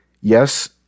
Yes